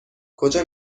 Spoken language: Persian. کجا